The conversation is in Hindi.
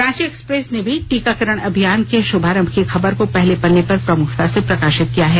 रांची एक्सप्रेस ने भी टीकाकरण अभियान के भाग्रभारंभ की खबर को पहले पन्ने पर प्रमुखता से प्रकार्त किया है